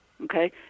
okay